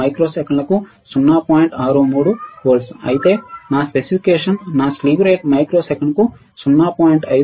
63 వోల్ట్లు అయితే నా స్పెసిఫికేషన్ నా స్లీవ్ రేటు మైక్రోసెకండ్కు 0